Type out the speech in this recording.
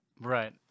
Right